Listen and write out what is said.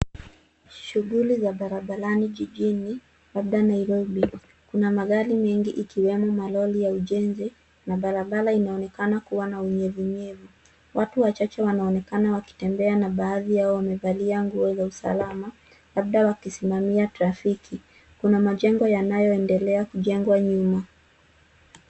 Shughuli za barabarani jijini, labda Nairobi, kuna magari mengi ikiwemo malori ya ujenzi na barabara inaonekana kuwa na unyevunyevu. Watu wachache wanaonekana wakitembea na baadhi yao wamevalia nguo za usalama labda wakisimamia trafiki. Kuna majengo yanayoendelea kujengwa nyuma.